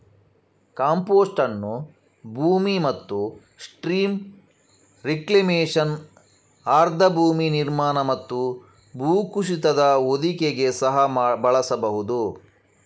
compost ಅನ್ನು ಭೂಮಿ ಮತ್ತು ಸ್ಟ್ರೀಮ್ ರಿಕ್ಲೇಮೇಶನ್, ಆರ್ದ್ರ ಭೂಮಿ ನಿರ್ಮಾಣ ಮತ್ತು ಭೂಕುಸಿತದ ಹೊದಿಕೆಗೆ ಸಹ ಬಳಸಬಹುದು